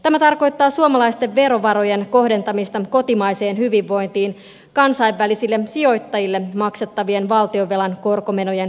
tämä tarkoittaa suomalaisten verovarojen kohdentamista kotimaiseen hyvinvointiin kansainvälisille sijoittajille maksettavien valtionvelan korkomenojen sijaan